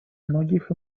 многих